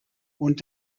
und